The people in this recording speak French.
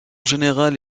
général